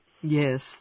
Yes